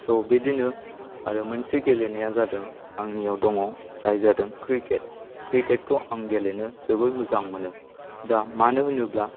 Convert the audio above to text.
स' बिदिनो आरो मोनसे गेलेनाया जादों आंनियाव दङ जाय जादों क्रिकेट क्रिकेटखौ आं गेलेनो जोबोर मोजां मोनो दा मानो होनोब्ला